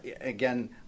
again